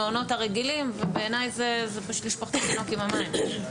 למעונות הרגילים ובעייני זה פשוט לזרוק את התינוק עם המים.